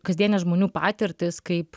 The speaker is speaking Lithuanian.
kasdienės žmonių patirtys kaip